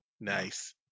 Nice